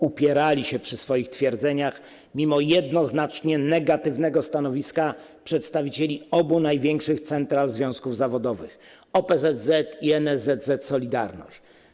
Upierali się przy swoich stwierdzeniach mimo jednoznacznie negatywnego stanowiska przedstawicieli obu największych central związków zawodowych: OPZZ i NSZZ „Solidarność”